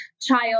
child